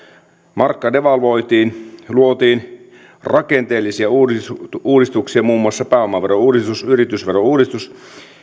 markka devalvoitiin luotiin rakenteellisia uudistuksia uudistuksia muun muassa pääomaverouudistus yritysverouudistus